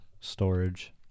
storage